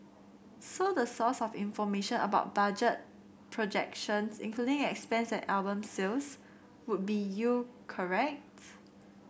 so the source of information about budget projections including expense and album sales would be you correct